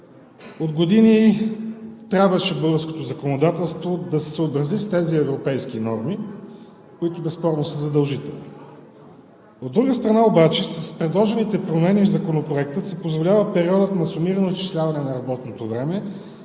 От години трябваше българското законодателство да се съобрази с тези европейски норми, които безспорно са задължителни. От друга страна, с предложените промени в Законопроекта се позволява периодът на сумирано изчисляване на работното време